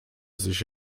sich